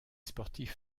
sportifs